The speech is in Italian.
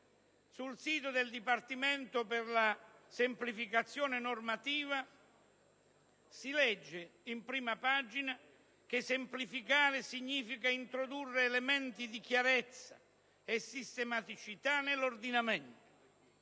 sul sito del Dipartimento per la semplificazione normativa si legge in prima pagina che semplificare significa introdurre elementi di chiarezza e sistematicità nell'ordinamento,